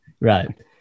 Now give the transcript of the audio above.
right